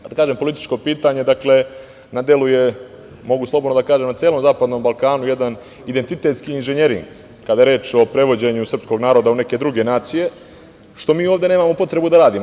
Kad kažem političko pitanje, dakle, na delu je, mogu slobodno da kažem na celom Zapadnom Balkanu jedan identitetski inženjering, kada je reč o prevođenju srpskog naroda u neke druge nacije, što mi ovde nemamo potrebu da radimo.